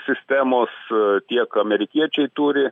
sistemos tiek amerikiečiai turi